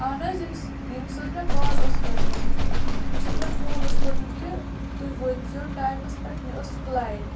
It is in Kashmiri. اہن حظ ییٚمِس ییٚمِس حظ مےٚ کال ٲس کٔرمٕژ ییٚمِس حظ مےٚ فون اوس کوٚرمُت کہِ تُہۍ وٲتۍزیو ٹایمَس پٮ۪ٹھ مےٚ ٲس فٕلایٹ